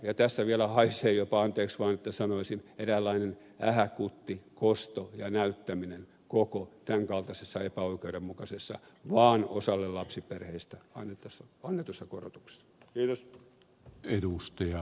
ja vielä haisee jopa anteeksi vaan että sanon sen eräänlainen ähäkutti kosto ja näyttäminen koko tämän kaltaisessa epäoikeudenmukaisessa vain osalle lapsiperheistä annetussa korotuksessa